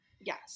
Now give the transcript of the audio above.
Yes